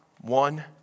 One